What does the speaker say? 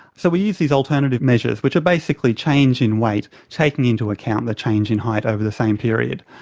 so we used these alternative measures, which are basically change in weight, taking into account the change in height over the same period.